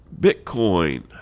Bitcoin